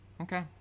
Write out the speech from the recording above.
Okay